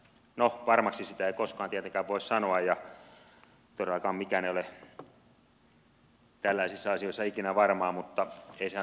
no varmaksi sitä ei koskaan tietenkään voi sanoa ja todellakaan mikään ei ole tällaisissa asioissa ikinä varmaa mutta ei se ainakaan loogiselta kuulosta